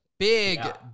Big